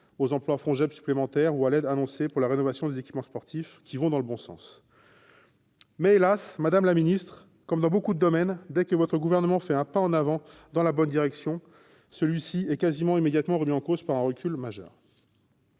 éducation populaire, supplémentaires ou à l'aide annoncée pour la rénovation des équipements sportifs ; cela va dans le bon sens. Hélas, madame la ministre, comme dans beaucoup de domaines, dès que votre gouvernement fait un pas en avant dans la bonne direction, celui-ci est quasiment immédiatement remis en cause par un recul majeur.